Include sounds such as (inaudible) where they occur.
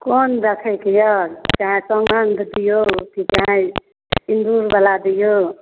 कोन देखेके यऽ चाहे तऽ (unintelligible) दिऔ चाहे सिंदूर बला दिऔ